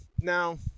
now